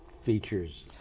features